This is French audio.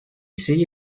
essayé